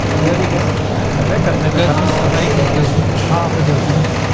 there we go i hope that never isn't a baker's dozen half a dozen